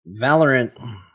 Valorant